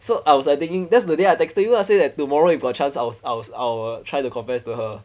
so I was like thinking that's the day I texted you ah say that tomorrow you got chance I was I was I will try to confess to her